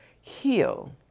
HEAL